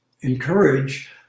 encourage